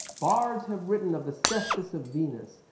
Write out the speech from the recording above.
bards have written of the sestus of venus,